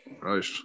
Right